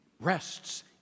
rests